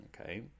Okay